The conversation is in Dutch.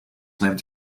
neemt